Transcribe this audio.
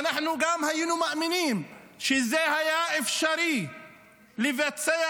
ואנחנו גם היינו מאמינים שזה היה אפשרי לבצע